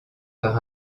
par